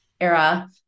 era